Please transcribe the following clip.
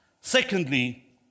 Secondly